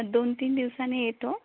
दोन तीन दिवसांनी येतो